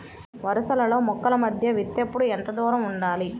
వరసలలో మొక్కల మధ్య విత్తేప్పుడు ఎంతదూరం ఉండాలి?